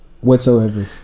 whatsoever